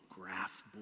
graph